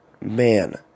man